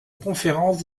conférence